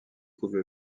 couple